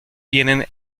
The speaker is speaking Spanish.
vienen